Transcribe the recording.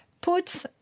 put